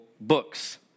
books